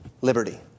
liberty